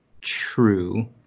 true